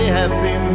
happy